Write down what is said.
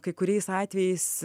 kai kuriais atvejais